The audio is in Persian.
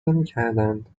نمیکردند